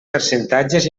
percentatges